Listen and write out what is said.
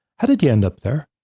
how did you end up there?